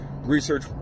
research